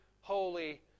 holy